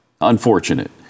unfortunate